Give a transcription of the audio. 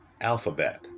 Alphabet